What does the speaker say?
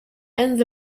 ends